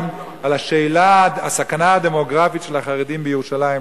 על שאלת הסכנה הדמוגרפית של החרדים בירושלים,